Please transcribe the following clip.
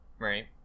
right